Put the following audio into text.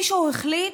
מישהו החליט